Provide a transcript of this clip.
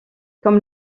comme